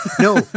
no